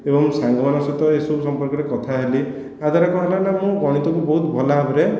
ଏବଂ ସାଙ୍ଗମାନଙ୍କ ସହିତ ଏସବୁ ସମ୍ପର୍କରେ କଥା ହେଲି ଏହା ଦ୍ଵାରା କ'ଣ ହେଲା ନା ମୁଁ ଗଣିତକୁ ବହୁତ ଭଲ ଭାବରେ